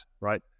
right